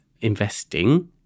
investing